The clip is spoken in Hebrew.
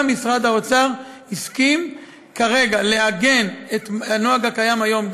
גם משרד האוצר הסכים כרגע לעגן את הנוהג הקיים היום,